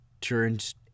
turns